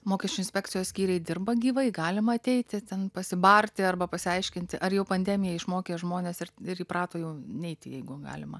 mokesčių inspekcijos skyriai dirba gyvai galima ateiti ten pasibarti arba pasiaiškinti ar jau pandemija išmokė žmones ir ir įprato jau neiti jeigu galima